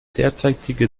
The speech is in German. derzeitige